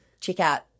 checkout